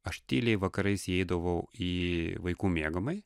aš tyliai vakarais įeidavau į vaikų miegamąjį